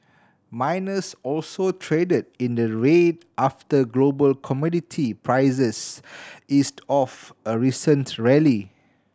miners also traded in the red after global commodity prices eased off a recent rally